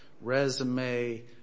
resume